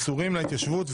מסורים להתיישבות.